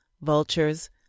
vultures